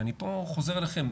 ואני פה חוזר אליכם,